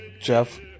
Jeff